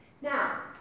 Now